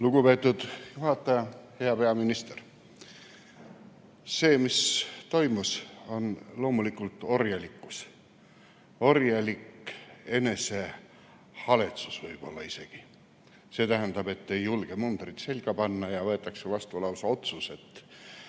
Lugupeetud juhataja! Hea peaminister! See, mis toimus, on loomulikult orjalikkus, orjalik enesehaletsus võib-olla isegi. See tähendab, et ei julge mundrit selga panna, ja võetakse vastu lausa otsus, et